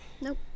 Nope